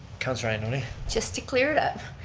councillor ioannoni. just to clear it up,